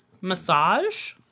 massage